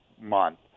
month